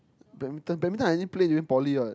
badminton badminton I didn't play during poly what